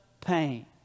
pain